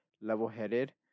level-headed